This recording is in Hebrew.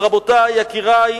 רבותי, יקירי,